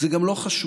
זה גם לא חשוב.